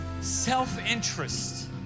self-interest